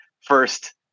first